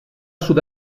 sud